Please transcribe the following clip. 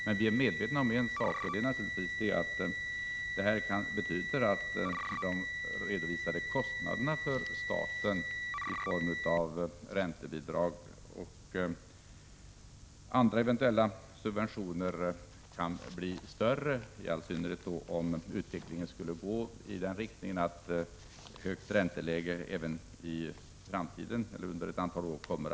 Men vi är medvetna om att detta betyder att de redovisade kostnaderna för staten i form av räntebidrag och andra eventuella subventioner kan bli större, i all synnerhet om det höga ränteläget kommer att bestå under ett antal år framåt.